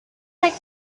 like